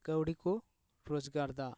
ᱠᱟᱹᱣᱰᱤ ᱠᱚ ᱨᱳᱡᱽᱜᱟᱨ ᱫᱟ